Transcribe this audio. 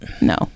No